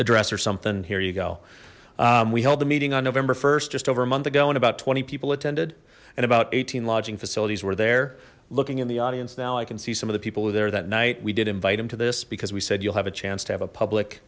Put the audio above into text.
address or something here you go we held the meeting on november st just over a month ago and about twenty people attended and about eighteen lodging facilities were there looking in the audience now i can see some of the people who there that night we did invite him to this because we said you'll have a chance to have a public